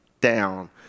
down